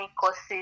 courses